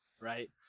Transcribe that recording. right